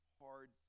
hard